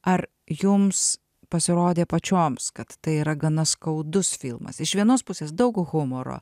ar jums pasirodė pačioms kad tai yra gana skaudus filmas iš vienos pusės daug humoro